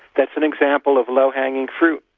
that's an example of low-hanging fruit.